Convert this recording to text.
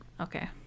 okay